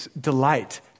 delight